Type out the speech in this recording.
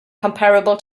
comparable